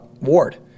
ward